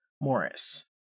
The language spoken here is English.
Morris